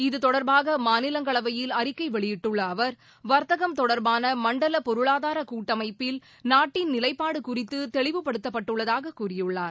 இத்தொடர்பாக மாநிலங்களவையில் அறிக்கை வெளியிட்டுள்ள அவர் வர்த்தகம் தொடர்பான மண்டல பொருளாதார கூட்டமைப்பில் நாட்டின் நிலைப்பாடு குறித்து தெளிவுப்படுத்தப்பட்டுள்ளதாக கூறியுள்ளார்